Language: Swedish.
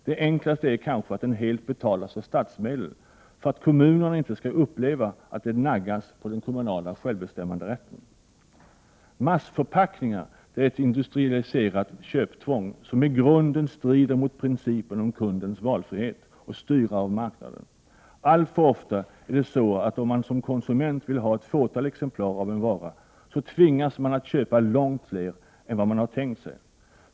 Det enklaste är kanske att den helt betalas med statsmedel, för att kommunerna inte skall uppleva att det naggas på den kommunala självbestämmanderätten. Massförpackningar är ett industrialiserat köptvång som i grunden strider mot principen om kundens valfrihet och kunden som styrare av marknaden. Alltför ofta är det så att man, om man som konsument vill ha ett fåtal exemplar av en vara, tvingas köpa långt fler än vad man tänkt sig.